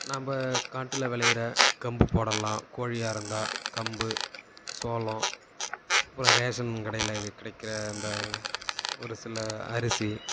நம் காட்டில் விளையிற கம்பு போடலாம் கோழியாக இருந்தால் கம்பு சோளோம் அப்புறம் ரேஷன் கடையில் கிடைக்கிற அந்த ஒரு சில அரிசி